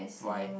why